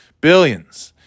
billions